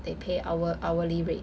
they pay hour hourly rate